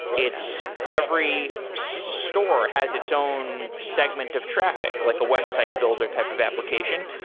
it's every store has its own segment of traffic, like a website builder type of application.